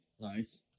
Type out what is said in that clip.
Nice